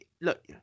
look